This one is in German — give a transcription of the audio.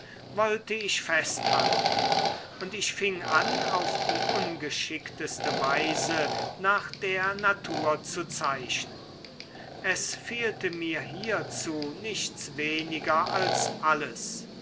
wollte ich festhalten und ich fing an auf die ungeschickteste weise nach der natur zu zeichnen es fehlte mir hierzu nichts weniger als alles